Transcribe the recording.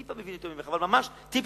טיפה מבין יותר ממך אבל ממש טיפ-טיפה,